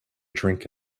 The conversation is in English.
drink